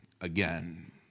again